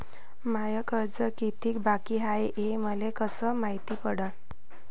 माय कर्ज कितीक बाकी हाय, हे मले कस मायती पडन?